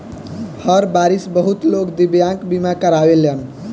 हर बारिस बहुत लोग दिव्यांग बीमा करावेलन